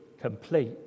complete